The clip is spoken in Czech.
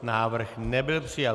Návrh nebyl přijat.